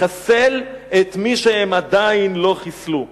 לחסל את מי שהם עדיין לא חיסלו.